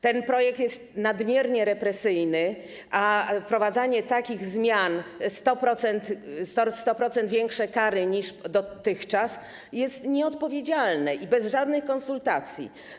Ten projekt jest nadmiernie represyjny, a wprowadzanie takich zmian - 100% większe kary niż dotychczas - jest nieodpowiedzialne i bez żadnej konsultacji.